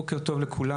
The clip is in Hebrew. בוקר טוב לכולם,